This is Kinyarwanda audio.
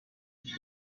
bya